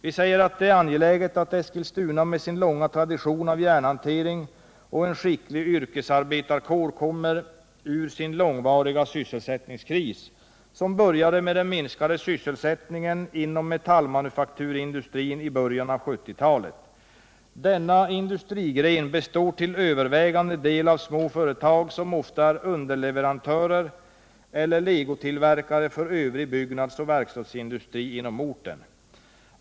Vi säger att det är angeläget att Eskilstuna med sin långa tradition av järnhantering och en skicklig yrkesarbetarkår kommer ur sin långvariga sysselsättningskris, som började med den minskade sysselsättningen inom metallmanufakturindustrin i början av 1970-talet. Denna industrigren består till övervägande del av små företag, som ofta är underleverantörer eller legotillverkare för övrig byggnadsoch verkstadsindustri inom orten.